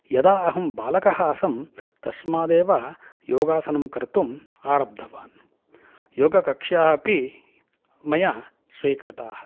यदा अहं बालकः आसम् तस्मादेव योगासनं कर्तुम् आरब्धवान् योगकक्ष्याः अपि मया स्वीकृताः